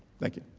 thank you.